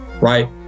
right